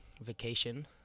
vacation